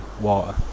water